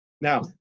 Now